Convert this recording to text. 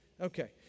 Okay